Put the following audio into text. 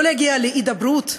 לא להגיע להידברות.